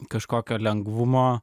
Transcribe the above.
kažkokio lengvumo